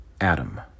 Adam